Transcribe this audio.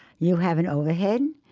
you have and overhead,